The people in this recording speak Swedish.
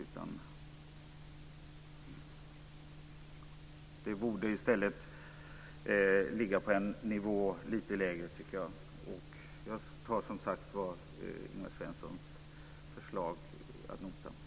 Arvodet borde ligga på en lägre nivå. Jag tar Ingvar Svenssons förslag ad notam.